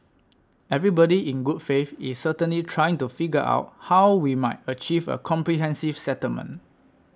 everybody in good faith is certainly trying to figure out how we might achieve a comprehensive settlement